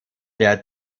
der